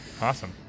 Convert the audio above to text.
awesome